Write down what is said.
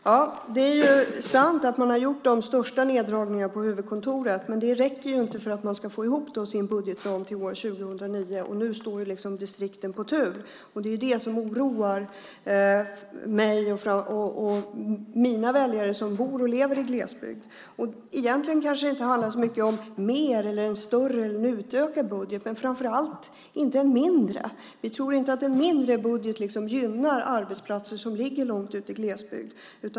Herr talman! Det är sant att man har gjort de största neddragningarna på huvudkontoret. Men det räcker inte för att man ska få ihop sin budgetram till år 2009. Nu står distrikten på tur, och det är det som oroar mig och mina väljare som bor och lever i glesbygd. Egentligen kanske det inte handlar så mycket om en större eller en utökad budget. Det handlar framför allt inte om en mindre. Vi tror inte att en mindre budget gynnar arbetsplatser som ligger långt ute i glesbygd.